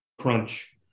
crunch